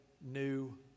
new